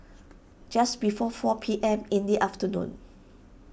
just before four P M in the afternoon